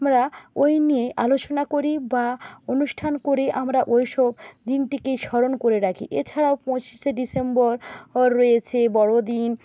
আমরা ওই নিয়ে আলোচনা করি বা অনুষ্ঠান করে আমরা ওইসব দিনটিকেই স্মরণ করে রাখি এছাড়াও পঁচিশে ডিসেম্বর বর রয়েছে বড়দিন